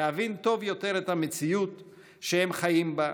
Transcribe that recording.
להבין טוב יותר את המציאות שהם חיים בה,